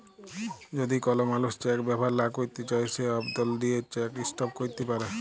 যদি কল মালুস চ্যাক ব্যাভার লা ক্যইরতে চায় সে আবদল দিঁয়ে চ্যাক ইস্টপ ক্যইরতে পারে